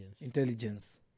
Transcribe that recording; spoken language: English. Intelligence